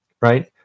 right